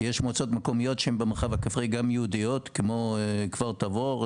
כי יש מועצות מקומיות שהן במרחב הכפרי גם יהודיות כמו כפר תבור,